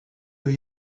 that